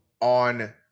on